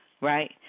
right